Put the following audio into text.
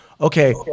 okay